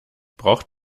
braucht